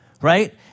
right